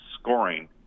scoring